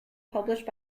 published